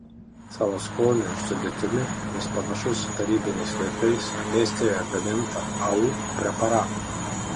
savo skoniu ir sudėtimi jis panašus į tarybiniais laikais estijoje gamintą au preparatą